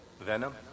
Venom